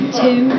two